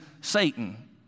Satan